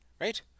Right